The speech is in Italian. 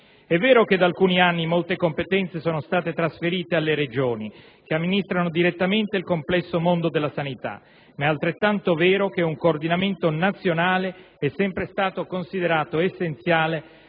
È vero che da alcuni anni molte competenze sono state trasferite alle Regioni, che amministrano direttamente il complesso mondo della sanità, ma è altrettanto vero che un coordinamento nazionale è sempre stato considerato essenziale